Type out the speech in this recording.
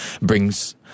brings